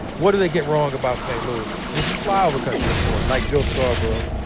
what do they get wrong about st. louis? this is flyover country, number one. like joe scarborough,